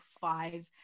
five